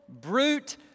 brute